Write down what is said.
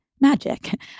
magic